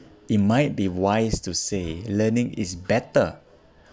it might be wise to say learning is better